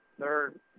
Third